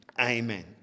Amen